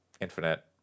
Infinite